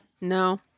No